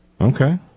Okay